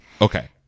Okay